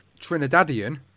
Trinidadian